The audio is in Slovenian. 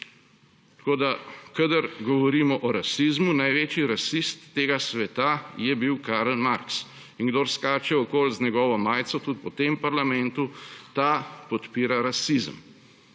Tako da kadar govorimo o rasizmu, največji rasist tega sveta je bil Karl Marx. In kdo skače okoli z njegovo majico tudi po tem parlamentu, ta podpira rasizem.